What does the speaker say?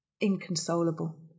inconsolable